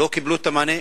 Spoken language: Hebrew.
לא קיבלו מענה,